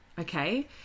Okay